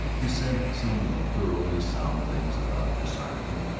he said some thoroughly sound things about disarmament,